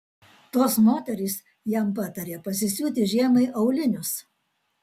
tos moterys jam patarė pasisiūti žiemai aulinius